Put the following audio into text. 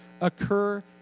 occur